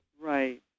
Right